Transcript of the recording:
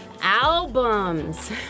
Albums